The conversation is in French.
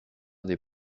des